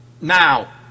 Now